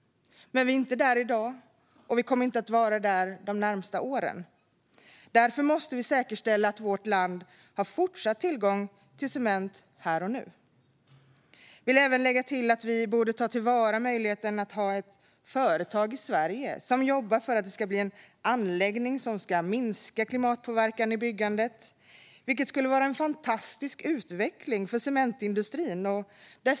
Men vi är inte där i dag, och vi kommer inte att vara där de närmaste åren. Därför måste vi säkerställa att vårt land har fortsatt tillgång till cement här och nu. Jag vill även lägga till att vi borde ta till vara möjligheten att ha ett företag i Sverige som jobbar för att det ska bli en anläggning som ska minska klimatpåverkan i byggandet, vilket skulle vara en fantastisk utveckling för cementindustrin.